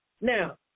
Now